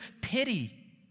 pity